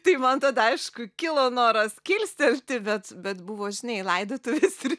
tai man tada aišku kilo noras kilstelti bet bet buvo žinai laidotuvės ir